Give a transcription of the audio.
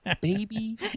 baby